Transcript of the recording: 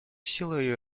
силой